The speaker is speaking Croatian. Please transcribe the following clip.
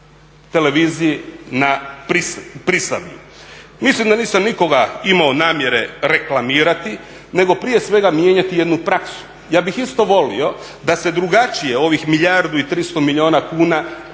televiziji na prisavlju. Mislim da nisam nikoga imao namjere reklamirati, nego prije svega mijenjati jednu praksu. Ja bih isto volio da se drugačije ovih milijardu i 300 milijuna kuna